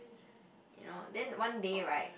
you know then one day right